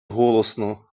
голосно